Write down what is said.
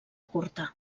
curta